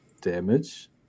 damage